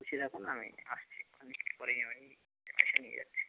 বসিয়ে রাখুন আমি আসছি এক্ষুনি একটু পরেই আমি এসে নিয়ে যাচ্ছি